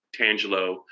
Tangelo